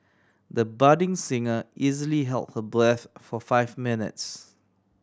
the budding singer easily held her breath for five minutes